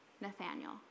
Nathaniel